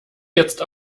jetzt